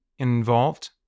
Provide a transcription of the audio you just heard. involved